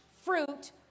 fruit